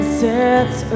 sets